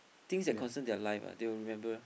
things that concern their life ah they will remember